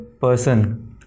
person